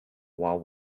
while